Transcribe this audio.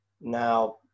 now